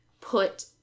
put